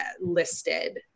listed